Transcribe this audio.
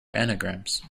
anagrams